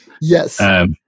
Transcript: yes